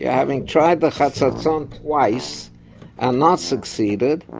yeah having tried the hatzazon twice and not succeeded,